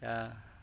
दा